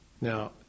Now